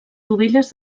dovelles